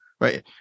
right